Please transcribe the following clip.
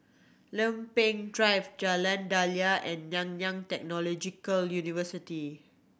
Lempeng Drive Jalan Daliah and Nanyang Technological University